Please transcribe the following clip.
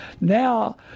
Now